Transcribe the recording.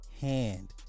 hand